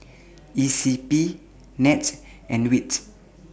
E C P Nets and WITS